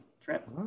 trip